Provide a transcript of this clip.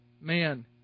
man